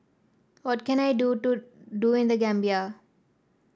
what can I do to do in The Gambia